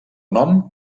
nom